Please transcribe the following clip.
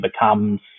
becomes